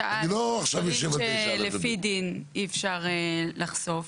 9(א) זה דברים שלפי דין אי אפשר לחשוף,